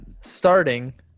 Starting